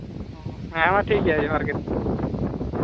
ᱚ ᱦᱮᱸᱢᱟ ᱴᱷᱤᱠ ᱜᱮᱭᱟ ᱡᱚᱦᱟᱨ ᱜᱮ